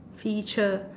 feature